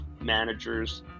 managers